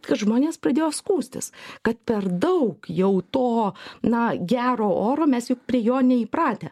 kad žmonės pradėjo skųstis kad per daug jau to na gero oro mes juk prie jo neįpratę